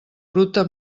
bruta